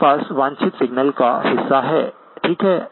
मेरे पास वांछित सिग्नल का हिस्सा है ठीक है